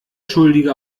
schuldige